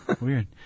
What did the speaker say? weird